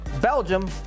Belgium